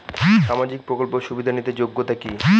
সামাজিক প্রকল্প সুবিধা নিতে যোগ্যতা কি?